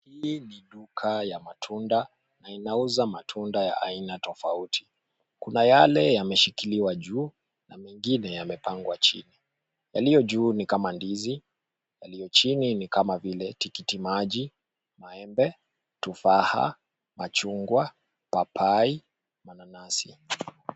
Hii ni duka ya matunda na inauza matunda ya aina tofauti. Kuna yale yameshikiliwa juu na mengine yamepangwa chini. Yaliyo juu ni kama ndizi, yaliyo chini ni kama vile tikiti maji, maembe, tufaha, machungwa, papai, mananasi.